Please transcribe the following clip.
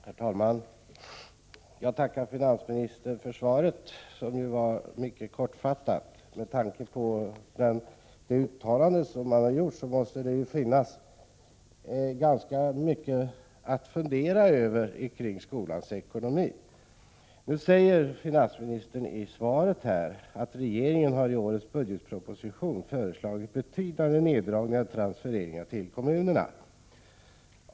Herr talman! Jag tackar finansministern för svaret, som ju var mycket kortfattat. Med tanke på det uttalande han gjort måste det finnas ganska mycket att fundera över kring skolans ekonomi. Nu säger finansministern i svaret att regeringen i årets budgetproposition föreslagit betydande neddragningar av transfereringarna till kommunerna.